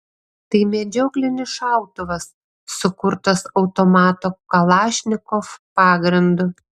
tai medžioklinis šautuvas sukurtas automato kalašnikov pagrindu